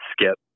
skip